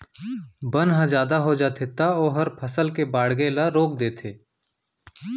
बन ह जादा हो जाथे त ओहर फसल के बाड़गे ल रोक देथे